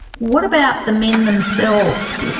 what about the men themselves?